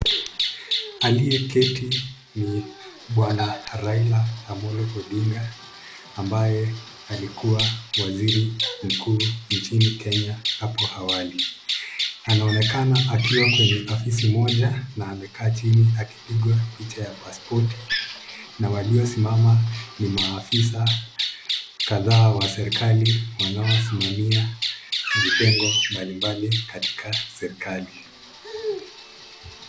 Aliyeketi ni bwana Raila Omollo Ondiga ambaye alikuwa waziri mkuu nchini Kenya hapo awali. Anaonekana akiwa kwenye ofisi moja na amekaa chini akipigwa picha ya passpoti na waliosimama ni maofisa kadhaa wa serekali wanaosimamia vitengo mbalimbali katika serekali.